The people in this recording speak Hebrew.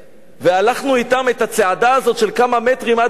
והלכנו אתם את הצעדה הזאת של כמה מטרים עד הגבול?